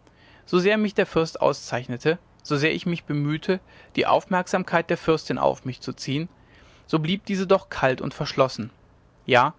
wirkte sosehr mich der fürst auszeichnete sosehr ich mich bemühte die aufmerksamkeit der fürstin auf mich zu ziehen so blieb diese doch kalt und verschlossen ja